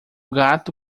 gato